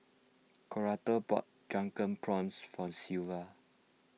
Coretta bought Drunken Prawns for Silvia